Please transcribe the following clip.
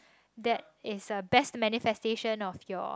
that is the best manifestation of your